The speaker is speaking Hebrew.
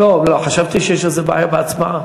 לא, לא, חשבתי שיש איזו בעיה בהצבעה.